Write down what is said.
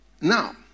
Now